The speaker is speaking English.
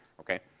okay?